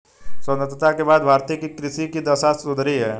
स्वतंत्रता के बाद भारतीय कृषि की दशा सुधरी है